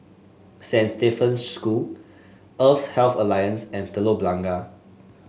Saint Stephen's School Eastern Health Alliance and Telok Blangah